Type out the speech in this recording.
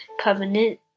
covenant